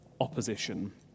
opposition